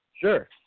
Sure